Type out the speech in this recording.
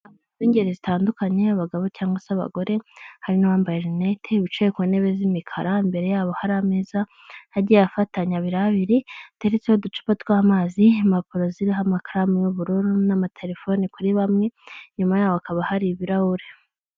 B'ingeri zitandukanye abagabo cyangwa se abagore, hari n'abambaye rinete bicaye ku ntebe z'imikara, imbere yabo hari ameza agiye afatanye abiri abiri, atseretseho n'uducupa tw'amazi y'impapuro ziriho amakaramu y'ubururu n'amatelefoni kuri bamwe, inyuma yaho hakaba hari ibirahuri.